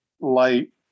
light